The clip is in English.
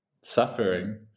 suffering